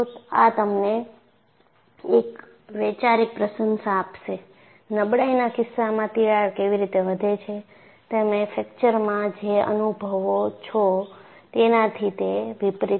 આ તમને એક વૈચારિક પ્રશંસા આપશે નબળાઈના કિસ્સામાં તિરાડ કેવી રીતે વધે છે તમે ફ્રેકચરમાં જે અનુભવો છો તેનાથી તે વિપરીત છે